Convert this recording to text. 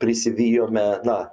prisivijome na